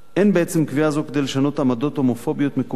אין בעצם קביעה זו כדי לשנות עמדות הומופוביות מקובלות